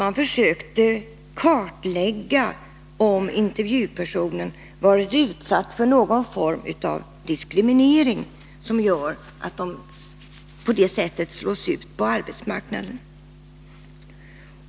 Man försökte kartlägga om intervjupersonerna varit utsatta för någon form av diskriminering som gjort att de slagits ut på arbetsmarknaden.